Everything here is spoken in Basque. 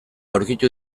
aurkitu